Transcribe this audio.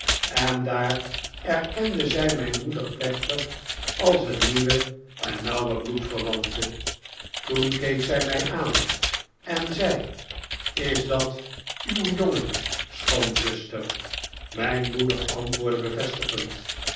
en daar erkende zij mijn moeder plechtig als een nieuwe en nauwe bloedverwante toen keek zij mij aan en zei is dat uw jongen schoonzuster mijn moeder antwoordde bevestigend